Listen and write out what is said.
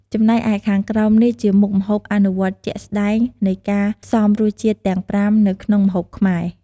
ចំណែកឯ ខាងក្រោមនេះជាមុខម្ហូបអនុវត្តជាក់ស្ដែងនៃការផ្សំរសជាតិទាំងប្រាំនៅក្នុងម្ហូបខ្មែរ ។